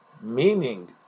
meaning